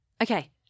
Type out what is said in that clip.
Okay